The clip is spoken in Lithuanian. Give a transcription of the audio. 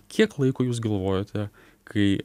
kiek laiko jūs galvojote kai